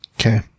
Okay